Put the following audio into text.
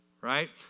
right